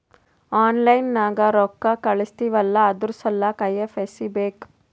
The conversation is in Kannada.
ಆನ್ಲೈನ್ ನಾಗ್ ರೊಕ್ಕಾ ಕಳುಸ್ತಿವ್ ಅಲ್ಲಾ ಅದುರ್ ಸಲ್ಲಾಕ್ ಐ.ಎಫ್.ಎಸ್.ಸಿ ಬೇಕ್